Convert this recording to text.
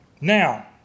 Now